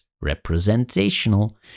representational